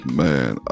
man